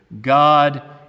God